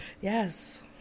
Yes